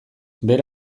bere